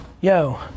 yo